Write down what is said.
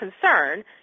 concern